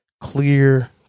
clear